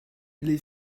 les